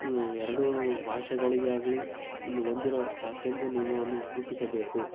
ಎರಡು ಭಾಷೆಗಳಿಗೆ ಆಗಲಿ ಒಂದು ಒಂದಿರೋ ಸಾಕೆಂದು ನೀವುನು ರೂಪಿಸಬೇಕು